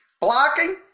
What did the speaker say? blocking